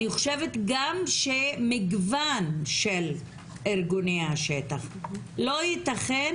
אני חושבת גם שמגוון של ארגוני השטח - לא ייתכן